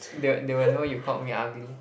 they will they will know you called me ugly